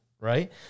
right